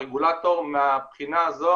הרגולטור מהבחינה הזו